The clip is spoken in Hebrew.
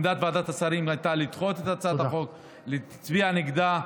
עמדת ועדת השרים הייתה לדחות את הצעת החוק ולהצביע נגדה,